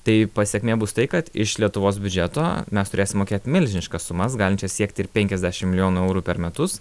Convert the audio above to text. tai pasekmė bus tai kad iš lietuvos biudžeto mes turėsim mokėt milžiniškas sumas galinčias siekti ir penkiasdešim milijonų eurų per metus